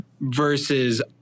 versus